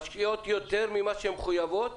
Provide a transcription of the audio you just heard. משקיעות יותר ממה שהן מחויבות.